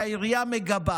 שהעירייה מגבה,